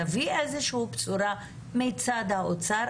תביא איזושהי בשורה מצד האוצר.